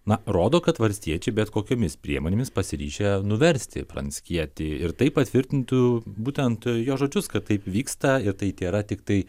na rodo kad valstiečiai bet kokiomis priemonėmis pasiryžę nuversti pranckietį ir tai patvirtintų būtent jo žodžius kad taip vyksta ir tai tėra tiktai